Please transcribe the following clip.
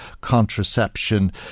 contraception